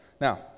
Now